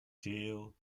jailed